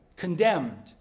Condemned